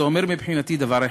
זה אומר מבחינתי דבר אחד: